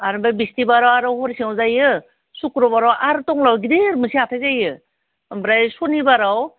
आरो ओमफ्राय बिस्तिबाराव आरो हरिसिंआव जायो सुक्रबाराव आर तंलायाव गिदिर मोनसे हाथाइ जायो ओमफ्राय सनिबाराव